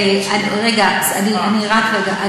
רגע, רק רגע.